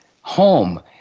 home